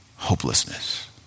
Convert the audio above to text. Hopelessness